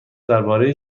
درباره